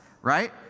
Right